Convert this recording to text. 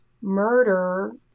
murder